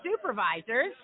supervisors